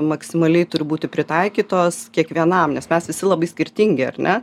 maksimaliai turi būti pritaikytos kiekvienam nes mes visi labai skirtingi ar ne